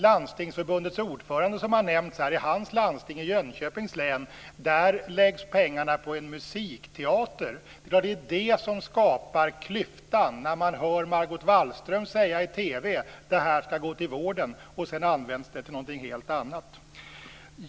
Landstingsförbundets ordförande har nämnts här, och i hans landsting, Landstinget i Jönköpings län, läggs pengarna på en musikteater. Det är klart att det är detta som skapar klyftan. Man hör Margot Wallström säga i TV att det här skall gå till vården, och sedan används det till något helt annat.